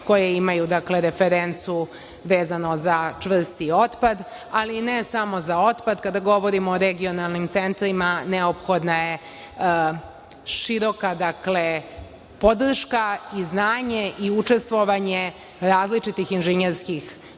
koje imaju referencu vezano za čvrsti otpad, ali ne samo za otpad. Kada govorimo o regionalnim centrima, neophodna je široka podrška i znanje i učestvovanje različitih inženjerskih